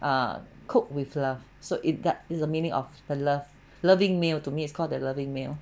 ah cook with love so it does is the meaning of the love loving meal to me is called the loving meal